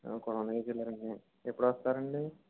గొడౌన్కు వెళ్లారండి ఎప్పుడు వస్తారండి